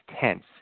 tense